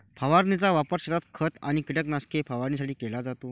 फवारणीचा वापर शेतात खत आणि कीटकनाशके फवारणीसाठी केला जातो